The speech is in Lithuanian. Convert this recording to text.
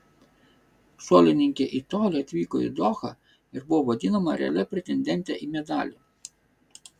šuolininkė į tolį atvyko į dohą ir buvo vadinama realia pretendente į medalį